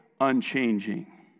unchanging